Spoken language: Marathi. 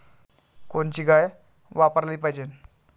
कोनची गाय वापराली पाहिजे?